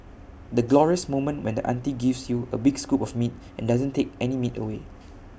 the glorious moment when the auntie gives you A big scoop of meat and doesn't take any meat away